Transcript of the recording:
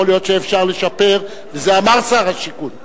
יכול להיות שאפשר לשפר, את זה אמר שר השיכון.